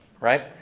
right